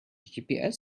gps